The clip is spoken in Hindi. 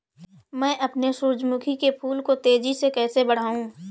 मैं अपने सूरजमुखी के फूल को तेजी से कैसे बढाऊं?